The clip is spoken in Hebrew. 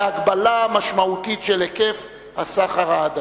בהגדלה משמעותית של היקף הסחר ההדדי.